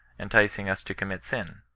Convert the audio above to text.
enticing us to commit sin?